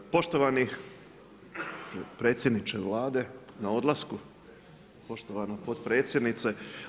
Poštovani predsjedniče Vlade na odlasku, poštovana potpredsjedniče.